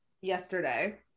yesterday